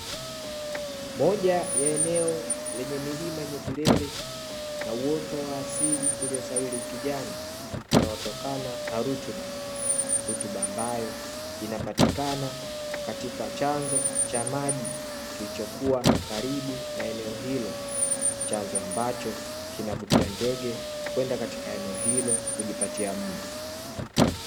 Moja ya eneo lenye milima yenye vilele na uoto wa asili uliosawili ukijani, unaotokana na rutuba, rutuba ambayo inapatikana katika chanzo cha maji kilichokuwa karibu na eneo hilo, chanzo ambacho kinavutia ndege kwenda katika eneo hilo kujipatia mlo.